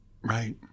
Right